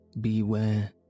Beware